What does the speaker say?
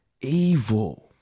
Evil